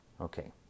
Okay